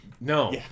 No